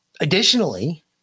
Additionally